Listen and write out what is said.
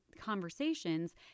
conversations